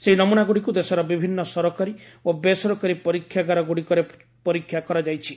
ସେହି ନମୂନାଗୁଡ଼ିକୁ ଦେଶର ବିଭିନ୍ନ ସରକାରୀ ଓ ବେସରକାରୀ ପରୀକ୍ଷାଗାର ଗୁଡ଼ିକରେ ପରୀକ୍ଷା କରାଯାଇଛି